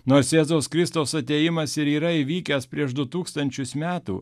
nors jėzaus kristaus atėjimas ir yra įvykęs prieš du tūkstančius metų